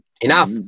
Enough